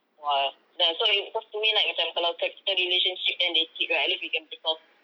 !wah! then ah so if cause to me right macam kalau kita relationship then they cheat right at least we can break off